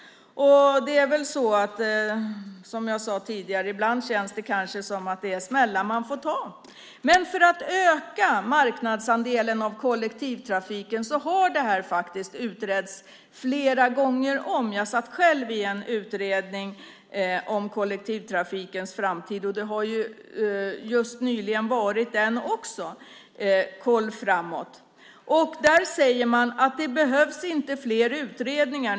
Ibland känns det som att det är smällar man får ta. För att öka marknadsandelen av kollektivtrafiken har detta utretts flera gånger om. Jag satt själv med i en utredning om kollektivtrafikens framtid. Det har nyligen varit en utredning, Koll framåt. Man säger i den utredningen att det nu inte behövs fler utredningar.